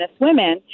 women